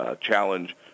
challenge